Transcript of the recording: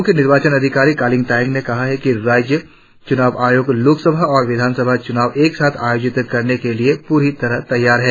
मुख्य निर्वाचन अधिकारी कलिंग तायेंग ने कहा कि राज्य च्रनाव आयोग लोक सभा और विधानसभा चुनाव एक साथ आयोजित करने के लिए पूरी तरह से तैयार है